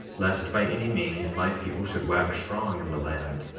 lest by any means my people should wax strong in the land,